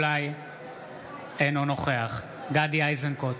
אינו נוכח גדי איזנקוט,